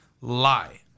lie